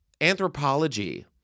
anthropology